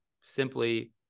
simply